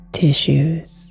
tissues